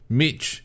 mitch